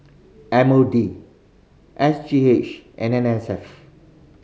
M O D S G H and N S F